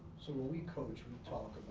so when we coach we talk